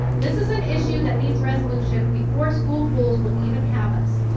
this is an issue that needs resolution before school pools would even have us.